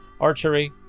archery